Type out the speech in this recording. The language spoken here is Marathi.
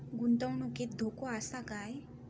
गुंतवणुकीत धोको आसा काय?